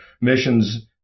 missions